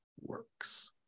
works